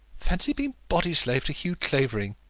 fancy being body-slave to hugh clavering!